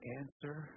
answer